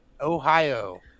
Ohio